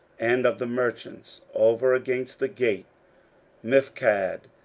and of the merchants, over against the gate miphkad,